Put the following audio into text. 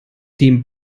dem